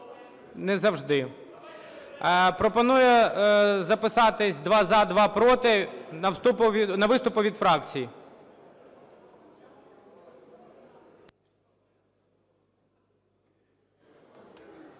Не завжди. Пропоную записатись два – за, два – проти на виступи від фракцій.